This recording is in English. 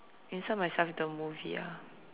inside myself into a movie ah